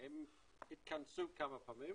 הם התכנסו כמה פעמים,